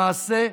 למעשה,